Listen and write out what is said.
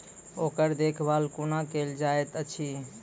ओकर देखभाल कुना केल जायत अछि?